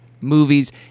movies